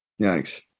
Yikes